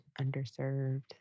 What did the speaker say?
underserved